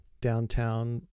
downtown